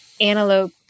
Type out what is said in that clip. Antelope